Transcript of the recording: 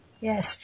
yes